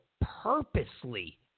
purposely